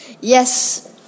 yes